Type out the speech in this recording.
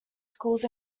schools